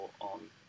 on